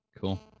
Cool